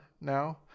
now